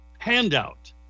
Handout